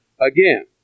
again